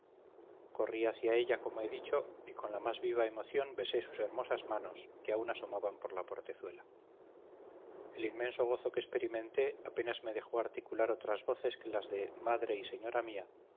corrí hacia ella como he dicho y con la más viva emoción besé sus hermosas manos que aún asomaban por la portezuela el inmenso gozo que experimenté apenas me dejó articular otras voces que las de madre y señora mía